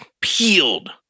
peeled